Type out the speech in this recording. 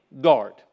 guard